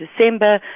December